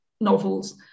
novels